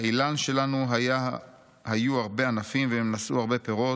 לאילן שלנו היו הרבה ענפים, והם נשאו הרבה פירות,